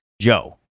Joe